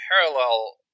parallel